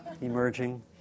emerging